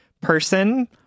person